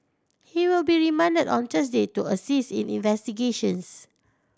he will be remanded on Thursday to assist in investigations